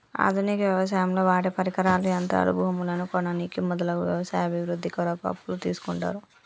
ఆధునిక వ్యవసాయంలో వాడేపరికరాలు, యంత్రాలు, భూములను కొననీకి మొదలగు వ్యవసాయ అభివృద్ధి కొరకు అప్పులు తీస్కుంటరు